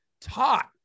Taught